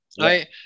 right